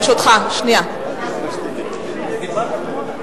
גברתי יושבת-ראש סיעת קדימה, חברת הכנסת איציק,